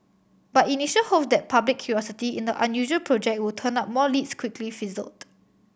but initial hope that public curiosity in the unusual project would turn up more leads quickly fizzled